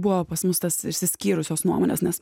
buvo pas mus tas išsiskyrusios nuomonės nes